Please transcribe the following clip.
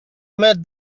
made